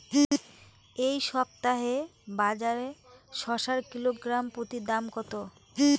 এই সপ্তাহে বাজারে শসার কিলোগ্রাম প্রতি দাম কত?